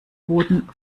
boten